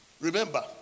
remember